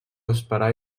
esperar